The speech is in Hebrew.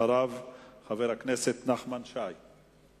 אחריו, חבר הכנסת נחמן שי.